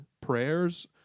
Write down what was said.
prayers